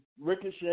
Ricochet